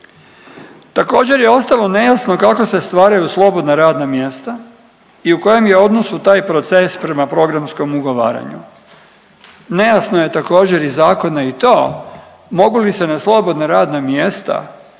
Također je ostalo nejasno kako se stvaraju slobodna radna mjesta i u kojem je odnosu taj proces prema programskom ugovaranju. Nejasno je također iz zakona i to mogu li se na slobodna radna mjesta